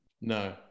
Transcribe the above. no